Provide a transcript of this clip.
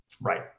Right